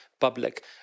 public